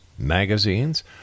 magazines